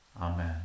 Amen